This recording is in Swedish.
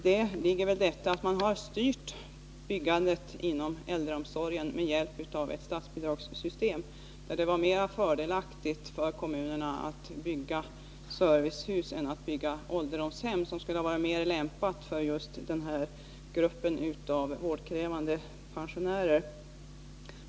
Detta beror väl på att man har låtit byggandet inom äldreomsorgen styras av ett statsbidragssystem, där det var mer fördelaktigt för kommunerna att bygga servicehus än att bygga ålderdomshem, som skulle ha varit bättre lämpade för denna grupp vårdkrävande pensionärer.